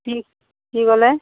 কি কি ক'লে